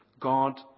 God